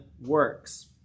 works